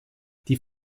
die